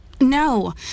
no